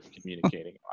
communicating